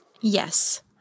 Yes